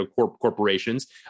corporations